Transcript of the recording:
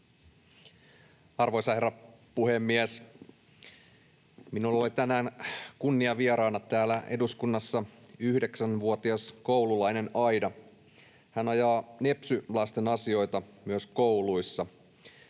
Arvoisa herra puhemies! Minulla oli tänään kunniavieraana täällä eduskunnassa yhdeksänvuotias koululainen, Aida. Hän ajaa nepsy-lasten asioita myös kouluissa.